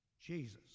Jesus